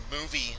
movie